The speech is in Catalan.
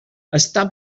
està